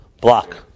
block